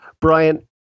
Brian